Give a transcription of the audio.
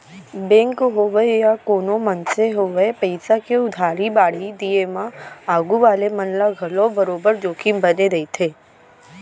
bank होवय या कोनों मनसे होवय पइसा के उधारी बाड़ही दिये म आघू वाले मन ल घलौ बरोबर जोखिम बने रइथे